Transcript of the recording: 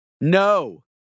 No